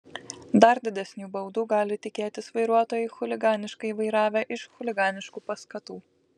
dar didesnių baudų gali tikėtis vairuotojai chuliganiškai vairavę iš chuliganiškų paskatų